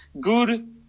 good